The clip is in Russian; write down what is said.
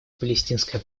палестинская